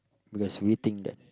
because we think that